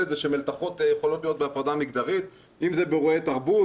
את זה שמלתחות יכולות להיות בהפרדה מגדרית אם זה באירועי תרבות,